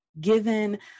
given